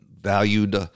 valued